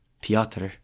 Piotr